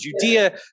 Judea